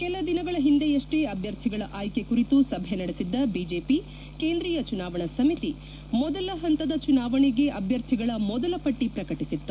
ಕೆಲ ದಿನಗಳ ಹಿಂದೆಯಷ್ಷೇ ಅಭ್ಯರ್ಥಿಗಳ ಆಯ್ತೆ ಕುರಿತು ಸಭೆ ನಡೆಸಿದ್ದ ಬಿಜೆಪಿ ಕೇಂದ್ರೀಯ ಚುನಾವಣಾ ಸಮಿತಿ ಮೊದಲ ಹಂತದ ಚುನಾವಣೆಗೆ ಅಭ್ಯರ್ಥಿಗಳ ಮೊದಲ ಪಟ್ಟ ಪ್ರಕಟಿಸಿತ್ತು